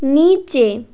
নিচে